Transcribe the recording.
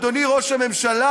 אדוני ראש הממשלה,